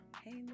Hey